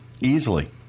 easily